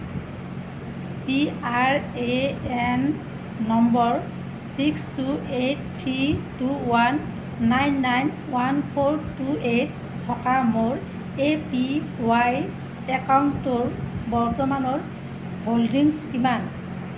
P R A N number six two eight three two one nine nine one four two eight থকা মোৰ A P Y একাউণ্টটোৰ বৰ্তমানৰ holdings কিমান